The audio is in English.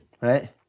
Right